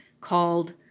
called